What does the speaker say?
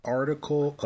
article